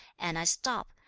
and i stop,